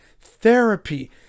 therapy